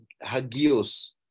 hagios